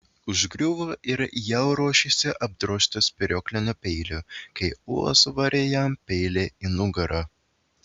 užgriuvo ir jau ruošėsi apdrožti spyruokliniu peiliu kai ula suvarė jam peilį į nugarą